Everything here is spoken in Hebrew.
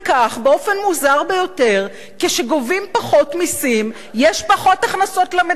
באופן מוזר ביותר כשגובים פחות מסים יש פחות הכנסות למדינה.